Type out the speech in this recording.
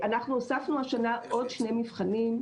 אנחנו הוספנו השנה עוד שני מבחנים.